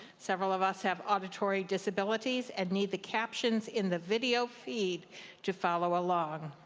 several of us have auditory disabilities and need the captions in the video feed to follow along.